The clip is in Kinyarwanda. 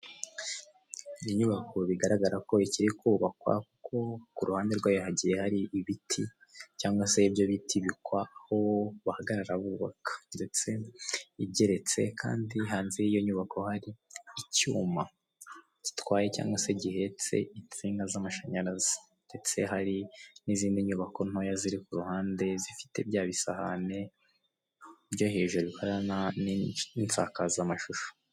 Inyubako bigaragara ko ikiri kubakwa kuko ku ruhande rwayo hagiye hari ibiti cyangwa se ibyo bita ibikwa, aho bahagarara bubaka ndetse kere igeretse kandi hanze y'iyo nyubako hari icyuma gitwaye cyangwa se gihetse insinga z'amashanyarazi ndetse hari n'izindi nyubako ntoya ziri ku ruhande zifite bya bisahane byo hejuru bikorana n'insakazamashusho.